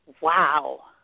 Wow